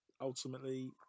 ultimately